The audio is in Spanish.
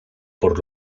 por